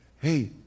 hey